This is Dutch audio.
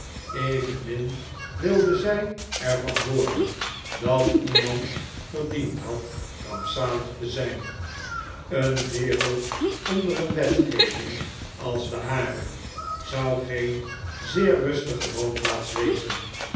evenmin wilde zij er van hooren dat iemand verdiend had rampzalig te zijn een wereld onder een wetgeving als de hare zou geen zeer rustige woonplaats wezen